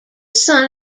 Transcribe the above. son